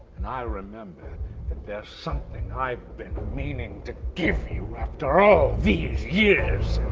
and i remembered that there's something i've been meaning to give you after all these years!